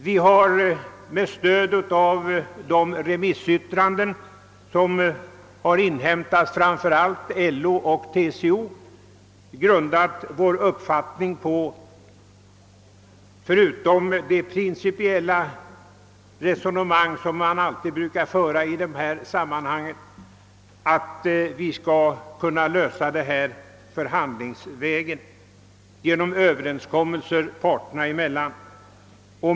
Vi har grundat denna vår uppfattning på — förutom de remissyttranden som har inhämtats, framför allt från LO och TCO — de principiella resonemang som brukar föras i sådana sammanhang, och vi anser att problemen bör kunna lösas genom överenskommelser parterna emellan.